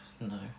no